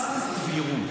מה זה סבירות?